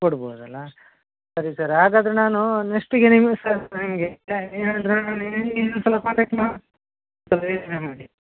ಕೊಡ್ಬೋದಲ್ವ ಸರಿ ಸರ್ ಹಾಗಾದರೆ ನಾನು ನೆಕ್ಸ್ಟಿಗೆ ನಿಮ್ಗೆ ಇನ್ನೊಂದು ಸಲ ಕಾಂಟಾಕ್ಟ್ ಮಾಡಿ